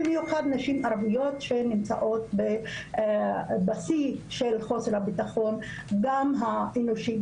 במיוחד נשים ערביות שנמצאות בשיא של חוסר הביטחון גם האנושי,